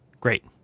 Great